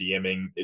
DMing